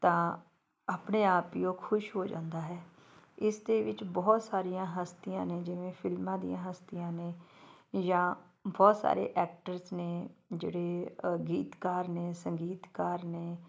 ਤਾਂ ਆਪਣੇ ਆਪ ਹੀ ਉਹ ਖੁਸ਼ ਹੋ ਜਾਂਦਾ ਹੈ ਇਸ ਦੇ ਵਿੱਚ ਬਹੁਤ ਸਾਰੀਆਂ ਹਸਤੀਆਂ ਨੇ ਜਿਵੇਂ ਫਿਲਮਾਂ ਦੀਆਂ ਹਸਤੀਆਂ ਨੇ ਜਾਂ ਬਹੁਤ ਸਾਰੇ ਐਕਟਰਸ ਨੇ ਜਿਹੜੇ ਗੀਤਕਾਰ ਨੇ ਸੰਗੀਤਕਾਰ ਨੇ